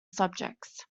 subjects